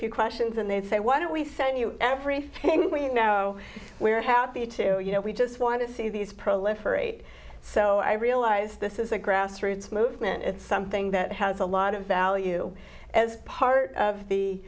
few questions and they say why don't we send you everything we know we're happy to you know we just want to see these proliferate so i realize this is a grassroots movement it's something that has a lot of value as part of the